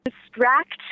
distract